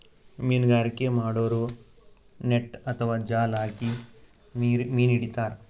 ಮೀನ್ಗಾರಿಕೆ ಮಾಡೋರು ನೆಟ್ಟ್ ಅಥವಾ ಜಾಲ್ ಹಾಕಿ ಮೀನ್ ಹಿಡಿತಾರ್